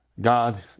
God